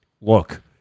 look